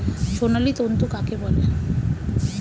সোনালী তন্তু কাকে বলে?